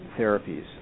therapies